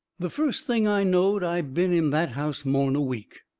the first thing i knowed i been in that house more'n a week.